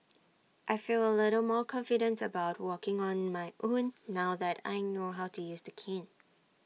I feel A little more confident about walking on my own now that I know how to use the cane